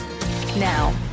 now